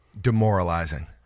demoralizing